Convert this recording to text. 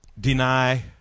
deny